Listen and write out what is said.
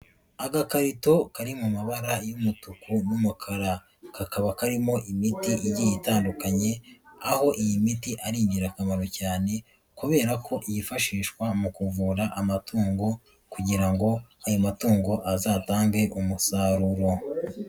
Agakarito kari mu mabara y'umutuku n'umukara, kakaba karimo imiti igiye itandukanye, aho iyi miti ari ingirakamaro cyane kubera ko yifashishwa mu kuvura amatungo kugira ngo ayo matungo azatange umusaruro.